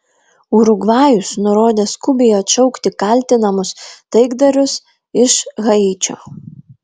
urugvajus nurodė skubiai atšaukti kaltinamus taikdarius iš haičio